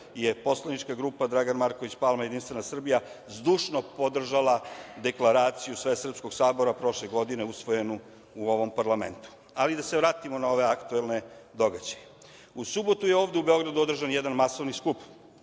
je Poslanička grupa Dragan Marković Palma JS zdušno podržala Deklaraciju Svesrpskog sabora prošle godine usvojenu u ovom parlamentu. Ali, da se vratimo na ove aktuelne događaje. U subotu je ovde u Beogradu održan jedan masovni skup